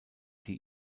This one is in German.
die